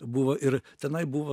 buvo ir tenai buvo